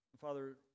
Father